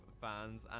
fans